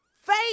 faith